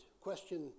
Question